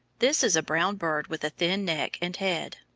this is a brown bird with a thin neck and head,